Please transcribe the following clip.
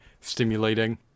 stimulating